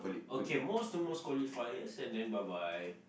okay most to most qualifiers and send then bye bye